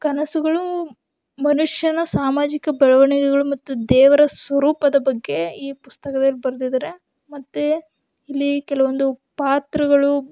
ಕನಸುಗಳು ಮನುಷ್ಯನ ಸಾಮಾಜಿಕ ಬೆಳವಣಿಗೆಗಳು ಮತ್ತು ದೇವರ ಸ್ವರೂಪದ ಬಗ್ಗೆ ಈ ಪುಸ್ತಕದಲ್ಲಿ ಬರ್ದಿದ್ದಾರೆ ಮತ್ತು ಇಲ್ಲಿ ಕೆಲವೊಂದು ಪಾತ್ರಗಳು